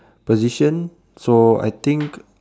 position so I think